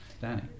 Danny